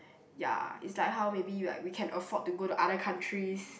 ya it's like how maybe like we can afford to go to other countries